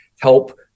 help